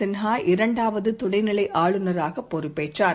Sinha இரண்டாவதுதுணைநிலைஆளுநராகபொறுப்பேற்றார்